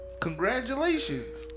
Congratulations